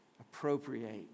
Appropriate